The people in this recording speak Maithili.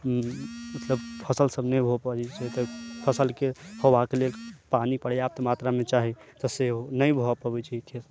मतलब फसल सब नहि भऽ पबै छै तऽ फसलके होबाक लेल पानि पर्याप्त मात्रामे चाही तऽ से ओ नहि भऽ पबै छै